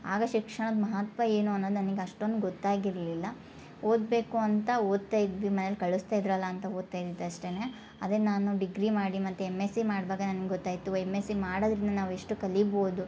ಆಗ ಶಿಕ್ಷಣದ ಮಹತ್ವ ಏನು ಅನ್ನೋದು ನನಗೆ ಅಷ್ಟೊಂದು ಗೊತ್ತಾಗಿರಲಿಲ್ಲ ಓದಬೇಕು ಅಂತ ಓದ್ತಾ ಇದ್ವಿ ಮನೆಲಿ ಕಳಸ್ತ ಇದ್ದರಲ್ಲ ಅಂತ ಓದ್ತಾ ಇದ್ದಿದ್ದು ಅಷ್ಟೇನೆ ಅದೇ ನಾನು ಡಿಗ್ರಿ ಮಾಡಿ ಮತ್ತೆ ಎಮ್ ಎಸ್ ಸಿ ಮಾಡ್ವಾಗ ನಂಗೆ ಗೊತಾಯಿತು ಓ ಎಮ್ ಎಸ್ ಸಿ ಮಾಡೋದರಿಂದ ನಾವು ಎಷ್ಟು ಕಲಿಬೋದು